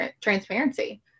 transparency